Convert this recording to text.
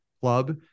club